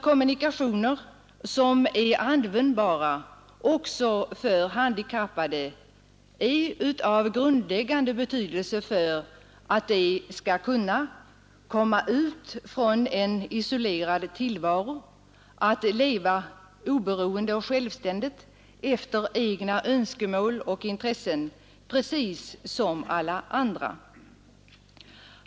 Kommunikationer som är användbara också för handikappade är nämligen av grundläggande betydelse för att de skall kunna komma ut från en isolerad tillvaro och leva oberoende och självständigt efter egna önskemål och intressen precis som alla andra.